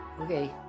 okay